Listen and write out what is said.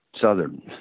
Southern